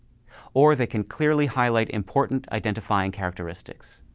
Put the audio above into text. or they can clearly highlight important identifying characteristics.